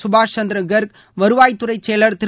சுபாஷ் சந்திர கார்க் வருவாய்த்துறை செயல் திரு